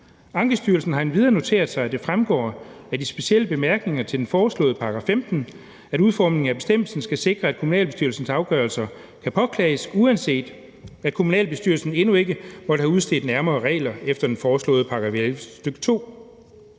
Ankestyrelsen har endvidere noteret sig, at det fremgår af de specielle bemærkninger til den foreslåede § 15, at udformningen af bestemmelsen skal sikre, at kommunalbestyrelsens afgørelser kan påklages, uanset at kommunalbestyrelsen endnu ikke måtte have udstedt nærmere regler efter den foreslåede § 11, stk. 2.